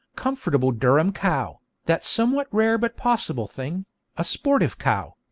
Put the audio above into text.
comfortable durham cow, that somewhat rare but possible thing a sportive cow.